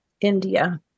India